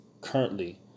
currently